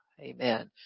amen